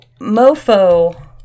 Mofo